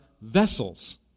vessels